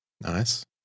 Nice